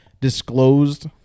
disclosed